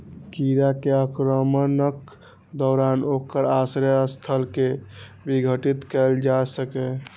कीड़ा के आक्रमणक दौरान ओकर आश्रय स्थल कें विघटित कैल जा सकैए